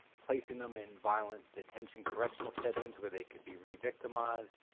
placing them in violent detention correctional settings where they could be revictimized,